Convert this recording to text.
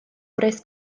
gwres